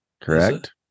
Correct